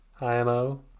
IMO